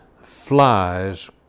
Flies